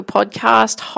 Podcast